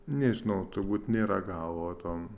nežinau turbūt nėra galo tam